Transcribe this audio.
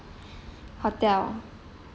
hotel